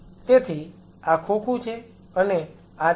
તેથી આ ખોખું છે અને આ તે છે